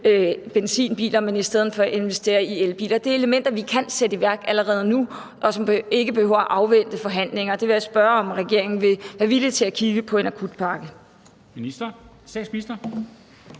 benzinbiler, men i stedet for investerer i elbiler. Det er elementer, som vi kan sætte i værk allerede nu, og som ikke behøver at afvente forhandlinger, og jeg vil spørge, om regeringen vil være villig til at kigge på en akutpakke.